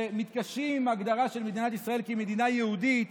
שמתקשים עם ההגדרה של מדינת ישראל כמדינה יהודית,